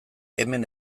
hemen